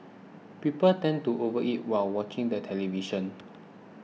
people tend to overeat while watching the television